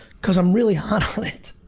cause i'm really hot on it